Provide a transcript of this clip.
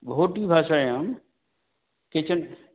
भोटि भाषायाम् केचन